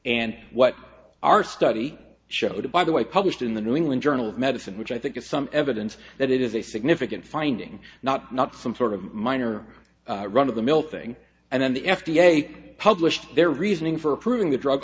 and what our study showed by the way published in the new england journal of medicine which i think is some evidence that it is a significant finding not not some sort of minor run of the mill thing and then the f d a published their reasoning for approving the drug